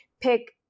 pick